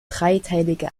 dreiteilige